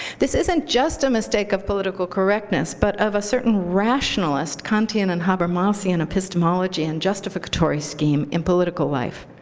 this isn't just a mistake of political correctness, but of a certain rationalist kantian and habermassian epistemology and justificatory scheme in political life.